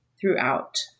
throughout